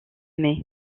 mai